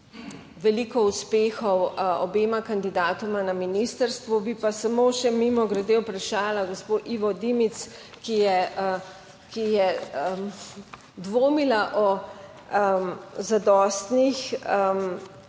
veliko uspehov obema kandidatoma na ministrstvu. Bi pa samo še mimogrede vprašala gospo Ivo Dimic, ki je dvomila o zadostnih